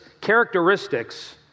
characteristics